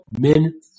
men